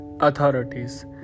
authorities